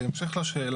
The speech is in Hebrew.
קודם כל הוא הקל משהו,